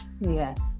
yes